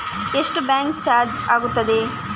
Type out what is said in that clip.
ಎಷ್ಟು bank charge ಆಗುತ್ತದೆ?